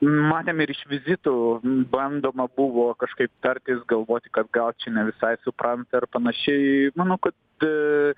matėm ir iš vizitų bandoma buvo kažkaip tartis galvoti kad gal čia ne visai supranta ir panašiai manau kad